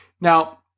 Now